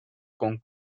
con